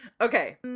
Okay